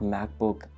MacBook